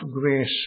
grace